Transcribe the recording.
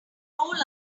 roll